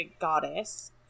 goddess